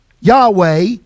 Yahweh